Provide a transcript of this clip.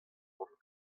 mont